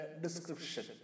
description